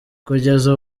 kugeza